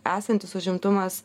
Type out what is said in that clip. esantis užimtumas